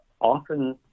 often